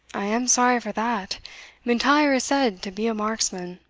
i am sorry for that m'intyre is said to be a marksman.